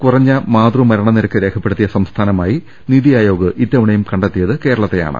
കുറഞ്ഞ മാതൃ മരണ നിരക്ക് രേഖപ്പെടു ത്തിയ സംസ്ഥാനമായി നിതി ആയോഗ് ഇത്തവണയും കണ്ടെത്തി യത് കേരളത്തെയാണ്